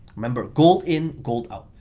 remember gold in, gold out.